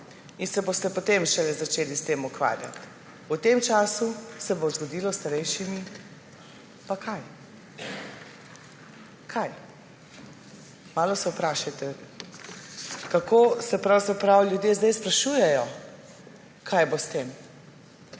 in se boste potem šele začeli s tem ukvarjati. V tem času se bo zgodilo s starejšimi − kaj? Kaj? Malo se vprašajte, kako se pravzaprav sedaj ljudje sprašujejo, kaj bo s tem.